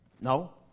no